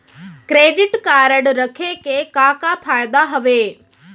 Credit card रखे के का का फायदा हवे?